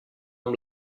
amb